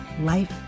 life